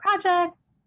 projects